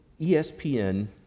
ESPN